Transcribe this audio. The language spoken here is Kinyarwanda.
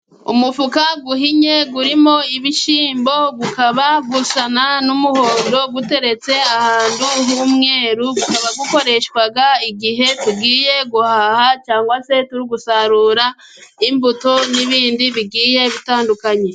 Umufuka uhinnye urimo ibishimbo, ukaba usa n'umuhondo, uteretse ahantu h'umweru, ukaba ukoreshwa igihe tugiye guhaha, cyangwa se turi gusarura imbuto, n'ibindi bigiye bitandukanye.